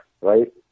right